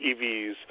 EVs